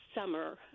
summer